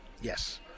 Yes